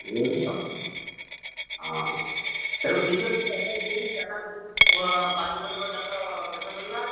ହଁ ତେଣୁ ଠିକ୍ ଅଛି ପାରମ୍ପରିକ ଚାଷ ଶେଷ କରିବା